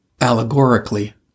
allegorically